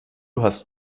hast